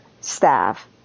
staff